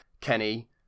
kenny